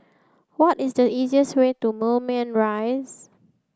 what is the easiest way to Moulmein Rise